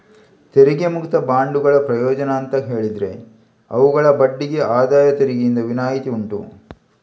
ತೆರಿಗೆ ಮುಕ್ತ ಬಾಂಡುಗಳ ಪ್ರಯೋಜನ ಅಂತ ಹೇಳಿದ್ರೆ ಅವುಗಳ ಬಡ್ಡಿಗೆ ಆದಾಯ ತೆರಿಗೆಯಿಂದ ವಿನಾಯಿತಿ ಉಂಟು